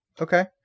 Okay